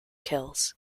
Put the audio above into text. kills